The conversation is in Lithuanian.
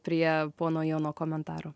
prie pono jono komentarų